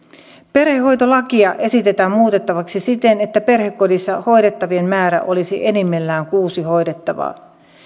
perhehoitolakia esitetään muutettavaksi siten että perhekodissa hoidettavien määrä olisi enimmillään kuusi hoidettavaa